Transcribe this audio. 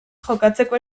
jokatzeko